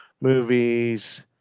movies